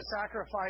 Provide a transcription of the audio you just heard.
sacrifice